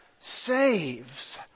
saves